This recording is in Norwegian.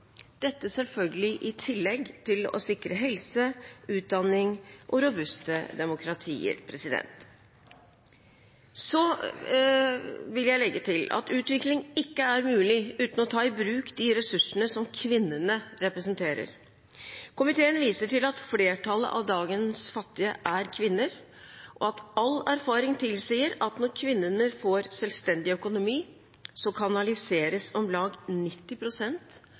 dette selvfølgelig i tillegg til å sikre helse, utdanning og robuste demokratier. Så vil jeg legge til at utvikling ikke er mulig uten å ta i bruk de ressursene som kvinnene representerer. Komiteen viser til at flertallet av dagens fattige er kvinner, og at all erfaring tilsier at når kvinnene får selvstendig økonomi, så kanaliseres om lag